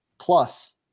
plus